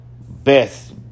best